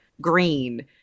green